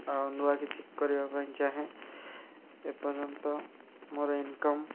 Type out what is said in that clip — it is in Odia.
ଆଉ ନୂଆ କିଛି କରିବା ପାଇଁ ଚାହେଁ ଏ ପର୍ଯ୍ୟନ୍ତ ମୋର ଇନ୍କମ୍